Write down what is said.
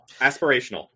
Aspirational